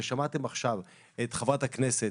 ושמעתם עכשיו את חברת הכנסת,